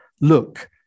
look